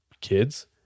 kids